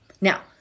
Now